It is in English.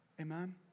Amen